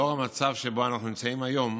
לנוכח המצב שבו אנחנו נמצאים היום,